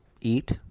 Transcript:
eat